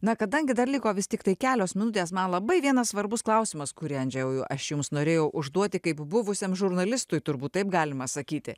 na kadangi dar liko vis tiktai kelios minutės man labai vienas svarbus klausimas kurį andžejau aš jums norėjau užduoti kaip buvusiam žurnalistui turbūt taip galima sakyti